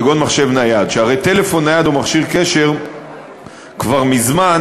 שהרי טלפון נייד או מכשיר קשר כבר מזמן